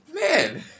Man